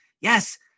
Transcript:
Yes